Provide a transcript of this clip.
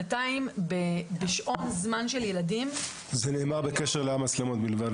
שנתיים בשעון זמן של ילדים --- זה נאמר בקשר למצלמות בלבד,